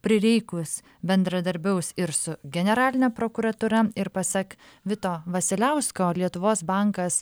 prireikus bendradarbiaus ir su generaline prokuratūra ir pasak vito vasiliausko lietuvos bankas